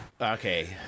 Okay